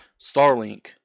Starlink